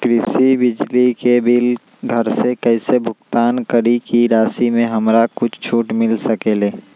कृषि बिजली के बिल घर से कईसे भुगतान करी की राशि मे हमरा कुछ छूट मिल सकेले?